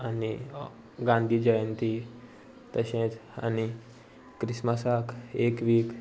आनी गांधी जयंती तशेंच आनी क्रिस्मसाक एक वीक